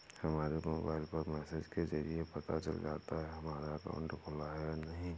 हमारे मोबाइल पर मैसेज के जरिये पता चल जाता है हमारा अकाउंट खुला है या नहीं